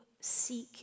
seek